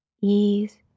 Ease